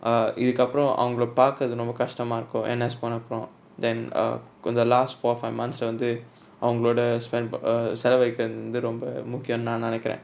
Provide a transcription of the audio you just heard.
uh இதுகப்ரோ அவங்கள பாக்குரது ரொம்ப கஷ்டமா இருக்கு:ithukapro avangala paakurathu romba kastama iruku N_S போனப்ரோ:ponapro then uh கொஞ்ச:konja last four five months வந்து அவங்களோட:vanthu avangaloda spend pa~ err செலவளிகுரது ரொம்ப முக்கியோனு நா நெனைகுர:selavalikurathu romba mukkiyonu na nenaikura